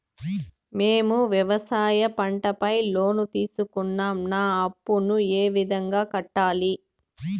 మేము వ్యవసాయ పంట పైన లోను తీసుకున్నాం నా అప్పును ఏ విధంగా కట్టాలి